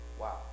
Wow